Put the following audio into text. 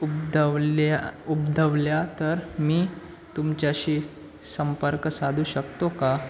उद्भवल्या उद्भवल्या तर मी तुमच्याशी संपर्क साधू शकतो का